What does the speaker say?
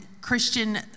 Christian